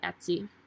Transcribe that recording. etsy